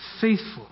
faithful